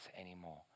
anymore